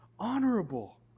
honorable